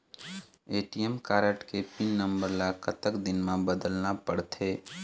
ATM card के pin number ला कतक दिन म बदलना पड़थे?